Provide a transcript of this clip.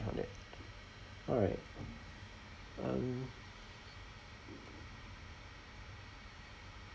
for that alright um